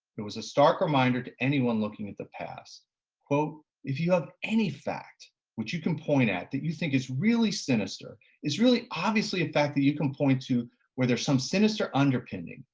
it was a stark reminder to anyone looking at the past if you have any fact which you can point at that you think is really sinister is really obviously a fact that you can point to where there's some sinister underpinning,